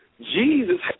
jesus